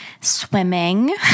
swimming